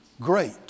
great